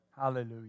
Hallelujah